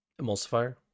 Emulsifier